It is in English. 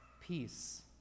peace